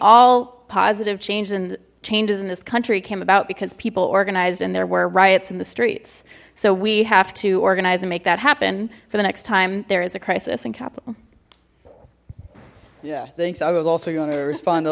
all positive change and changes in this country came about because people organized and there were riots in the streets so we have to organize and make that happen for the next time there is a crisis in capital yeah thanks i was also gonna respond a